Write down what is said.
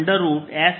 r r